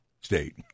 state